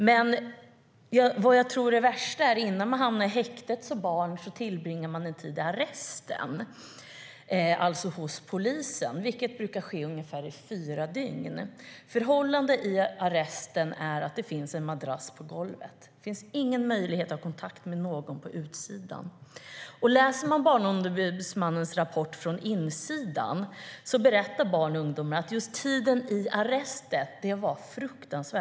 Det värsta tror jag är att innan man hamnar i häktet som barn tillbringar man en tid i arresten, alltså hos polisen. Det brukar vara i ungefär fyra dygn. Förhållandena i arresten är att det finns en madrass på golvet. Det finns ingen möjlighet att ta kontakt med någon på utsidan. Om man läser Barnombudsmannens rapport Från insidan ser man hur barn och ungdomar berättar att just tiden i arresten var fruktansvärd.